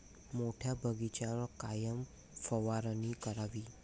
मोठ्या बगीचावर कायन फवारनी करावी?